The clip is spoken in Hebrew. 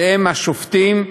שהם השופטים,